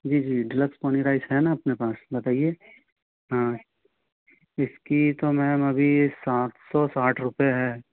जी जी deluxe Ponni rice है ना अपने पास बताइए हाँ इसकी तो मैम अभी सात सौ साठ रुपये है